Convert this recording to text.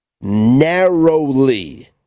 narrowly